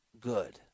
good